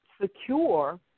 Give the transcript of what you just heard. secure